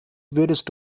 würdest